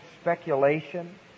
speculation